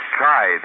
try